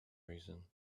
reason